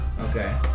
okay